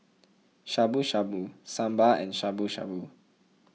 Shabu Shabu Sambar and Shabu Shabu